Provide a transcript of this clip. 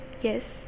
yes